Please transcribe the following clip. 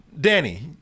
Danny